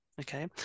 Okay